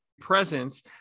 presence